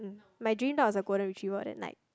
my dream dog was a golden retriever then like